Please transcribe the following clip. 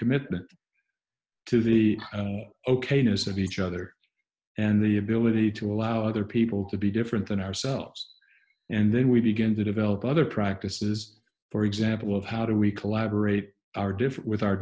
commitment to the ok is that each other and the ability to allow other people to be different than ourselves and then we begin to develop other practices for example of how do we collaborate our different with our